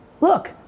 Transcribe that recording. look